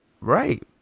Right